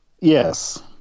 Yes